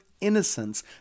innocence